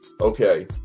okay